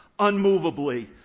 unmovably